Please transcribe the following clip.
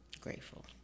grateful